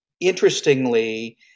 interestingly